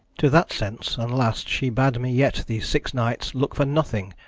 to that sence, and last she bad me yet these six nights look for nothing,